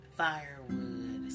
firewood